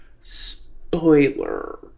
Spoiler